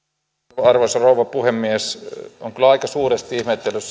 arvoisa rouva puhemies olen kyllä aika suuresti ihmetellyt